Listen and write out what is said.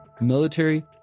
military